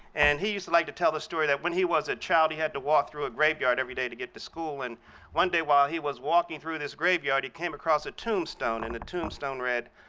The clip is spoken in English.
and he used to like to tell the story that when he was a child he had to walk through a graveyard every day to get to school. and one day while he was walking through this graveyard he came across a tombstone and the tombstone read,